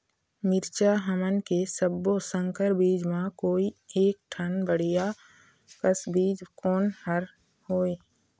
मिरचा हमन के सब्बो संकर बीज म कोई एक ठन बढ़िया कस बीज कोन हर होए?